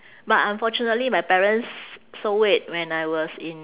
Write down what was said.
but unfortunately my parents sold it when I was in